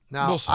Now